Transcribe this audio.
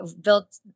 built